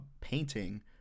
painting